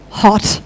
hot